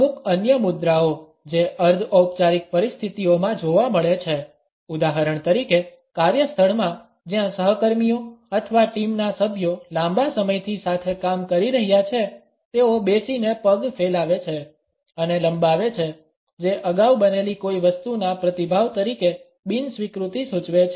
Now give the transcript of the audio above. અમુક અન્ય મુદ્રાઓ જે અર્ધ ઔપચારિક પરિસ્થિતિઓમાં જોવા મળે છે ઉદાહરણ તરીકે કાર્યસ્થળમાં જ્યાં સહકર્મીઓ અથવા ટીમના સભ્યો લાંબા સમયથી સાથે કામ કરી રહ્યા છે તેઓ બેસીને પગ ફેલાવે છે અને લંબાવે છે જે અગાઉ બનેલી કોઈ વસ્તુના પ્રતિભાવ તરીકે બિન સ્વીકૃતિ સૂચવે છે